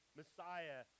Messiah